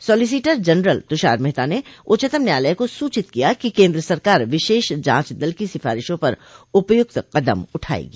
solicitor general Tushar Mehta ने उच्चतम न्यायालय को सूचित किया कि केन्द्र सरकार विशेष जांच दल की सिफारिशों पर उपय्क्त कदम उठाएगी